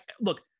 look